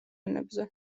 ენებზე